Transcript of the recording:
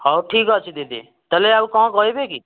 ହଉ ଠିକ୍ ଅଛି ଦିଦି ତା'ହେଲେ ଆଉ କଣ କହିବେ କି